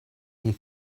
you